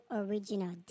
original